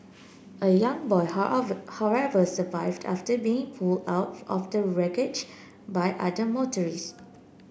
a young boy however survived after being pulled out of the wreckage by other motorists